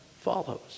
follows